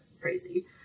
crazy